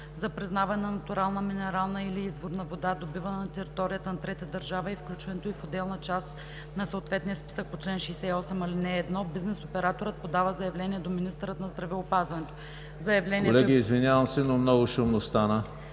За признаване на натурална минерална или изворна вода, добивана на територията на трета държава, и включването ѝ в отделна част на съответния списък по чл. 68, ал. 1 бизнес операторът подава заявление до министъра на здравеопазването. Заявлението е по образец,